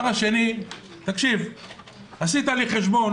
לי חשבון